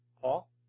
Paul